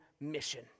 mission